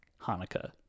Hanukkah